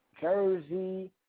Jersey